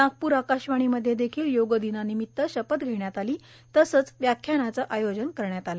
नागपूर आकाशवाणीमध्ये देखील योगदिनानिमित्त शपथ घेण्यात आली तसंच व्याख्यानाचं आयोजन करण्यात आलं